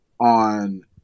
on